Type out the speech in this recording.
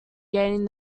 gaining